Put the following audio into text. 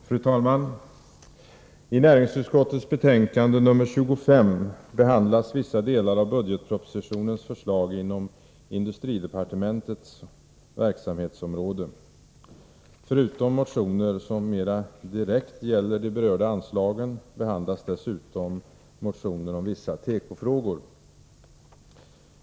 Fru talman! I näringsutskottets betänkande nr 25 behandlas vissa delar av budgetpropositionens förslag inom industridepartementets verksamhetsom råde. Förutom motioner som mera direkt gäller de berörda anslagen behandlas motioner om vissa tekofrågor.